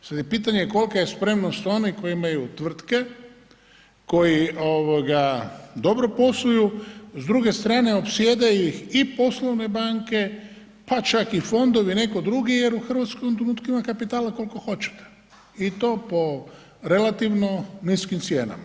Sada je pitanje kolika je spremnost onih koji imaju tvrtke, koji dobro posluju, s druge strane opsjedaju ih i poslovne banke pa čak i fondovi i neko drugi jer u Hrvatskoj u ovom trenutku ima kapitala koliko hoćete i to po relativno niskim cijenama.